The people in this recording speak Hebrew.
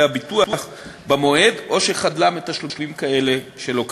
תגמולי ביטוח במועד או שחדלה מתשלומים כאלה שלא כדין.